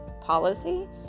policy